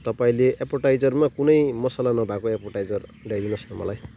तपाईँले एप्पिटाइजरमा कुनै मसला नभएको एप्पिटाइजर ल्याइदिनुहोस् न मलाई